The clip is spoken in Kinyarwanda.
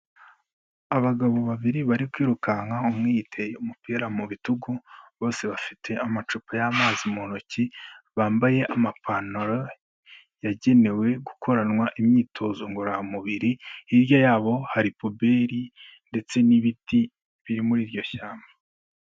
Abagabo babiri bari kwirukanka, umwe yiteye umupira mu bitugu, bose bafite amacupa y'amazi mu ntoki, bambaye amapantaro yagenewe gukoranwa imyitozo ngororamubiri, hirya yabo hari puberi ndetse n'ibiti biri muri iryo shyamba.